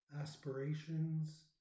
aspirations